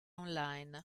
online